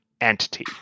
entity